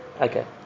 Okay